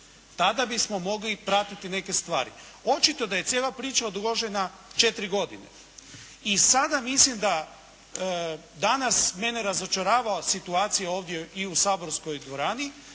Tada bismo mogli i pratiti neke stvari. Očito da je cijela priča odložena četiri godine. I sada mislim da danas mene razočarava situacija ovdje i u saborskoj dvorani,